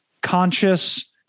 conscious